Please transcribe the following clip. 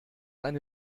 eine